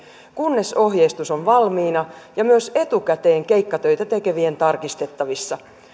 kunnes ohjeistus on valmiina ja myös etukäteen keikkatöitä tekevien tarkistettavissa tämä